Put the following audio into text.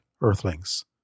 earthlings